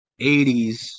80s